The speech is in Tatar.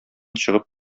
чыгып